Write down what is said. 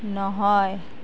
নহয়